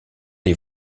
les